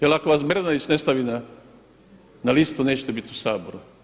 Jer ako vas Bernardić ne stavi na listu nećete biti u Saboru.